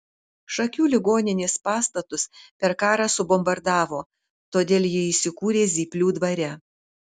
šakių ligoninės pastatus per karą subombardavo todėl ji įsikūrė zyplių dvare